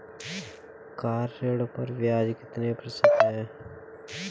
Car ऋण पर ब्याज कितने प्रतिशत है?